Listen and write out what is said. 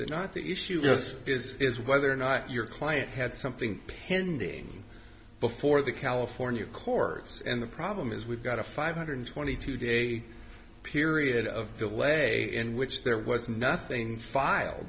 it not the issue is is whether or not your client had something pending before the california courts and the problem is we've got a five hundred twenty two day period of delay in which there was nothing filed